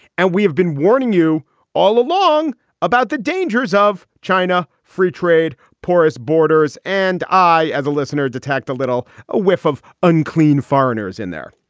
and we have been warning you all along about the dangers of china. free trade, porous borders. and i, as a listener, detect a little a whiff of unclean foreigners in there.